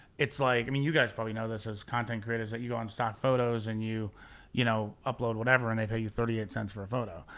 it's like, i mean you guys probably know this as content creators, ah you go into um stock photos and you you know upload whatever, and they pay you thirty eight cents for a photo.